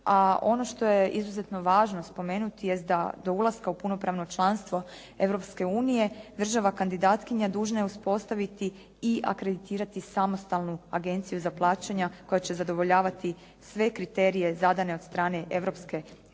A ono što je izuzetno važno spomenuti jest da do ulaska u punopravno članstvo Europske unije, država kandidatkinja dužna je uspostaviti i akreditirati samostalnu agenciju za plaćanja koja će zadovoljavati sve kriterije zadane od strane